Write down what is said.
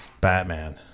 Batman